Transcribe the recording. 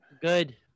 Good